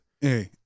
Hey